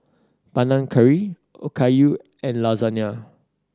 Panang Curry Okayu and Lasagne